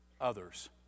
others